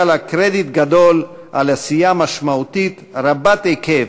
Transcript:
לה קרדיט גדול על עשייה משמעותית רחבת היקף,